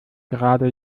gerade